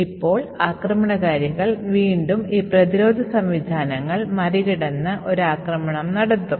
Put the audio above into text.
ഇപ്പോൾ ആക്രമണകാരികൾ വീണ്ടും ഈ പ്രതിരോധ സംവിധാനങ്ങൾ മറികടന്ന് ഒരു ആക്രമണം നടത്തും